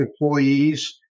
employees